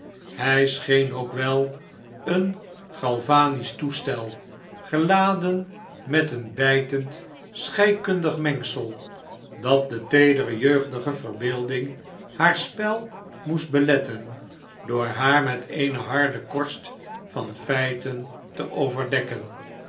hij scheen ook wel een galvanisch toestel geladen met een bijtend scheikundig mengsel dat de teedere jeugdige verbeelding haar spel moest beletten door haar met eene harde korst van feiten te overdekken